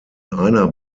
einer